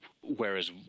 Whereas